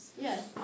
Yes